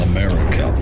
America